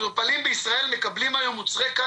אתן לכולם לפתוח את הזום,